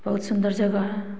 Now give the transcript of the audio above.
बहुत सुन्दर जगह है